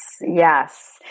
yes